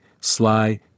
sly